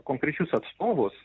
konkrečius atstovus